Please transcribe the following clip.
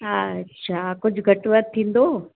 हा अच्छा कुझु घटि वधि थींदो